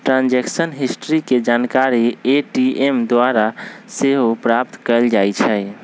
transaction history के जानकारी ATM द्वारा सेहो प्राप्त कएल जाइ छइ